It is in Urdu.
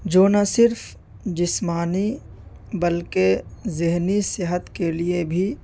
جو نہ صرف جسمانی بلکہ ذہنی صحت کے لیے بھی